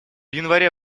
январе